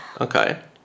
Okay